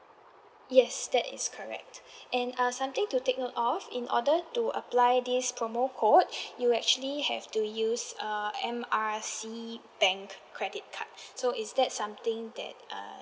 yes that is correct and uh something to take note of in order to apply this promo code you actually have to use err M R C bank credit card so is that something that err